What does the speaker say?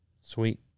sweet